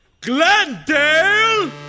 glendale